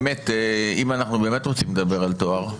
אם אנחנו באמת רוצים לדבר על טוהר,